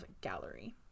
Gallery